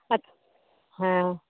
अच् हँ